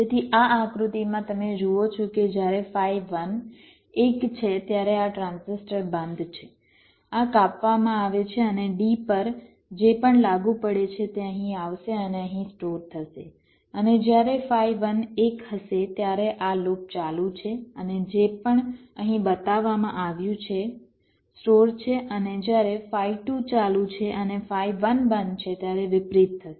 તેથી આ આકૃતિમાં તમે જુઓ છો કે જ્યારે ફાઇ 1 1 છે ત્યારે આ ટ્રાન્ઝિસ્ટર બંધ છે આ કાપવામાં આવે છે અને D પર જે પણ લાગુ પડે છે તે અહીં આવશે અને અહીં સ્ટોર થશે અને જ્યારે ફાઇ 1 1 હશે ત્યારે આ લૂપ ચાલુ છે અને જે પણ અહીં બતાવવામાં આવ્યું છે સ્ટોર છે અને જ્યારે ફાઇ 2 ચાલુ છે અને ફાઇ 1 બંધ છે ત્યારે વિપરીત થશે